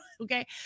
Okay